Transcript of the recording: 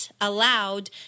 allowed